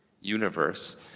universe